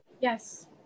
Yes